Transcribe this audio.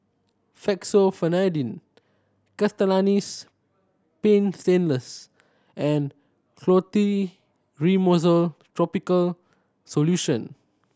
Fexofenadine Castellani's Paint Stainless and Clotrimozole Topical Solution